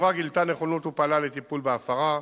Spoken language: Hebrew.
החברה גילתה נכונות ופעלה לטיפול בהפרה,